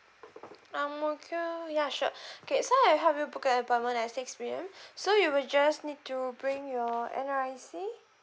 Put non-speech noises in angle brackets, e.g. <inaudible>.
ang mo kio ya sure <breath> okay so I help you book a appointment at six P_M so you were just need to bring your N_R_I_C